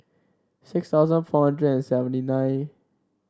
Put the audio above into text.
six thousand four hundred seventy nine